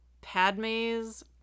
Padme's